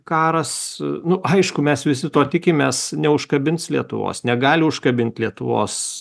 karas nu aišku mes visi to tikimės neužkabins lietuvos negali užkabint lietuvos